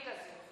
זמנים קריטיים.